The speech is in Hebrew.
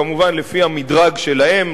כמובן לפי המדרג שלהם,